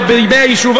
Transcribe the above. עוד בימי היישוב,